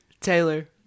Taylor